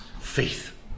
faith